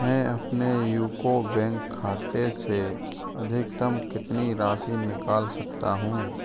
मैं अपने UCO Bank खाते से अधिकतम कितनी राशि निकाल सकता हूँ